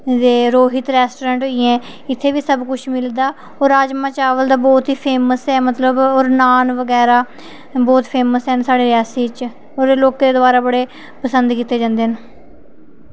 ते रोहित रैस्टुरैंट होइये इत्थै बी सब कुछ मिलदा और राजमा चावल ते बहुत ही फेमस ऐ मतलब और नान बगैरा बहुत फेमस हैन साढ़े रियासी च और लोकें द्वारा बड़े पसंद कीत्ते जन्दे न